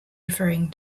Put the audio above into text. referring